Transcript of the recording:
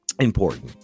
important